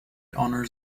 honors